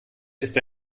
ist